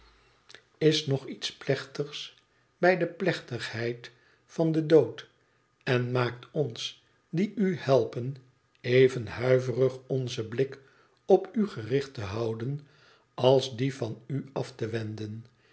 is nog iets plechtigs bij de plechtigheid van den dood en maakt ons die u helpen even huiverig onzen blik op u gericht te houden als dien van u af te wenden